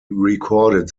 recorded